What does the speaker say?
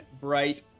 Bright